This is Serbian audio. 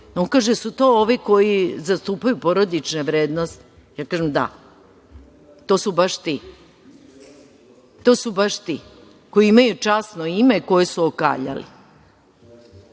On kaže da li su to ovi koji zastupaju porodične vrednosti. Ja kažem – da, to su baš ti, koji imaju časno ime koje su okaljali,